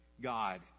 God